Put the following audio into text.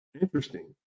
Interesting